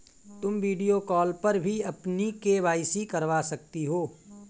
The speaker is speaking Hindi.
तुम वीडियो कॉल पर भी अपनी के.वाई.सी करवा सकती हो